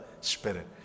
spirit